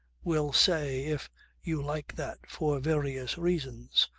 we'll say if you like that for various reasons,